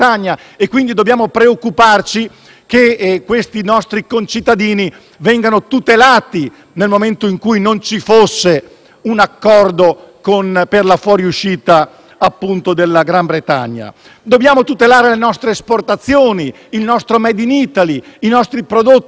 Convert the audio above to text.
che questi nostri concittadini vengano tutelati, nel momento in cui non ci fosse un accordo per la fuoriuscita della Gran Bretagna. Dobbiamo tutelare le nostre esportazioni, il nostro *made in Italy*, i nostri prodotti ad indicazione geografica